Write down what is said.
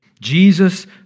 Jesus